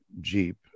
Jeep